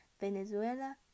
Venezuela